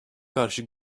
karşı